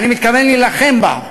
ואני מתכוון להילחם בה.